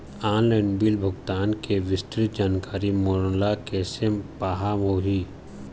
Online bill भुगतान के विस्तृत जानकारी मोला कैसे पाहां होही?